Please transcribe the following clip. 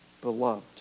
beloved